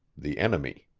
the enemy.